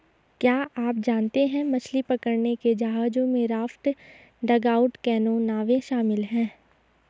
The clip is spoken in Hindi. क्या आप जानते है मछली पकड़ने के जहाजों में राफ्ट, डगआउट कैनो, नावें शामिल है?